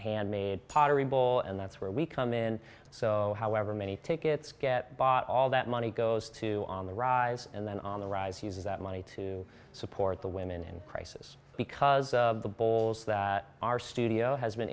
handmade pottery bowl and that's where we come in so however many tickets get bought all that money goes to on the rise and then on the rise you that money to support the women in crisis because of the balls that our studio has been